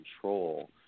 control